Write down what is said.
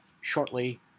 shortly